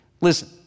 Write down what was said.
Listen